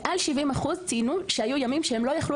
מעל 70 אחוז ציינו שהיו ימים שהם לא יכלו